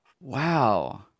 wow